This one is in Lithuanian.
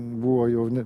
buvo jau ne